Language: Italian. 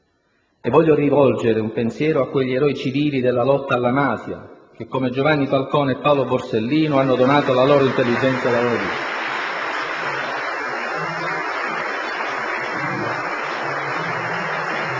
Voglio rivolgere un pensiero a quegli eroi civili della lotta alla mafia che, come Giovanni Falcone e Paolo Borsellino, hanno donato la loro intelligenza e la loro